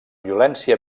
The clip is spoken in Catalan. violència